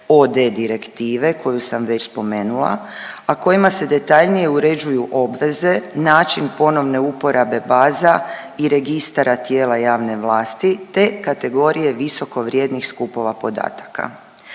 OD direktive koju sam već spomenula, a kojima se detaljnije uređuju obveze, način ponovne uporabe baza i registara tijela javne vlasti, te kategorije visoko vrijednih skupova podataka.